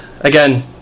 again